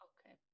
Okay